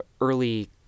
early